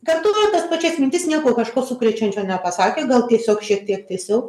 kartojo tas pačias mintis nieko kažko sukrečiančio nepasakė gal tiesiog šiek tiek tiesiau